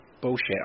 bullshit